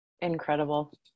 incredible